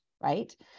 right